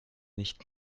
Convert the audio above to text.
nicht